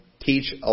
teach